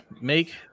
make